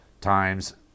times